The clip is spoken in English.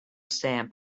stamp